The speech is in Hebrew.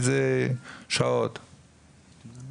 איזה שעות וכו'.